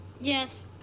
Yes